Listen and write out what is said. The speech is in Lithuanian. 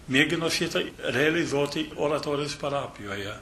mėgino šitai realizuoti oratorijos parapijoje